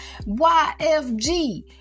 YFG